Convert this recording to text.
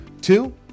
Two